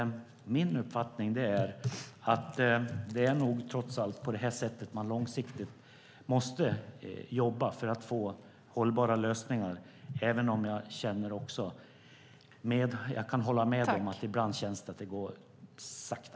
Min uppfattning är alltså att det nog trots allt är så här man långsiktigt måste jobba för att få hållbara lösningar, även om jag kan hålla med om att det ibland känns som att det går sakta.